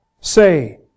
say